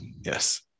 Yes